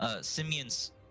Simeon's